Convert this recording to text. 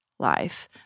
life